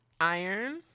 iron